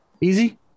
easy